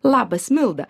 labas milda